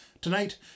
Tonight